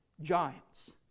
giants